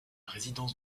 résidence